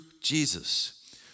Jesus